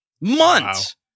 months